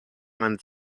einen